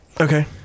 Okay